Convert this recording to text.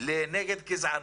נגד גזענות,